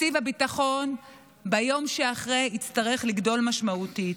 תקציב הביטחון ביום שאחרי יצטרך לגדול משמעותית,